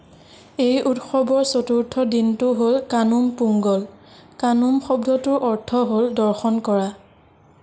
এই উৎসৱৰ চতুৰ্থ দিনটো হ'ল কানুম পোংগল কানুম শব্দটোৰ অৰ্থ হ'ল দৰ্শন কৰা